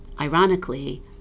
ironically